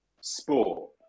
Sport